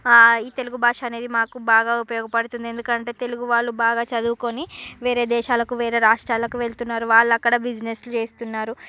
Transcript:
ఈ తెలుగు భాష అనేది మాకు బాగా ఉపయోగపడుతుంది ఎందుకంటే తెలుగు వాళ్ళు బాగా చదువుకుని వేరే దేశాలకు వేరే రాష్ట్రాలకు వెళ్తున్నారు వాళ్ళు అక్కడ బిజినెస్లు చేస్తున్నారు